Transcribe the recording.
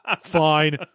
Fine